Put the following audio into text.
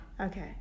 Okay